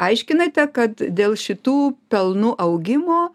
aiškinate kad dėl šitų pelnų augimo